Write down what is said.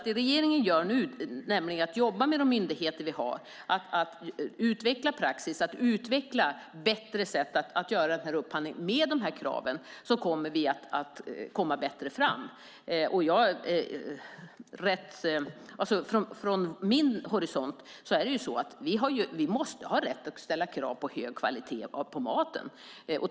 Det regeringen gör nu är att jobba med de myndigheter vi har för att utveckla praxis och bättre sätt att göra upphandlingen med dessa krav så att vi kommer att komma bättre fram. Från min horisont måste vi ha rätt att ställa krav på kvaliteten på maten.